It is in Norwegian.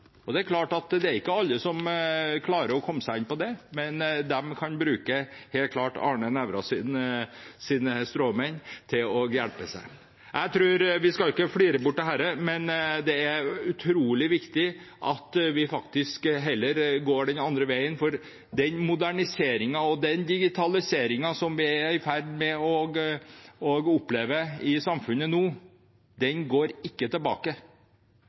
de kan helt klart bruke Arne Nævras stråmenn til å hjelpe seg. Vi skal ikke flire bort dette, men det er utrolig viktig at vi heller går den andre veien, for den moderniseringen og den digitaliseringen som vi opplever i samfunnet nå, går ikke tilbake.